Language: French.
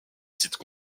titre